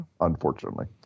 Unfortunately